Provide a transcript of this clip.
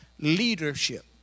leadership